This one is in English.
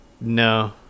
No